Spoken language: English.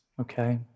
okay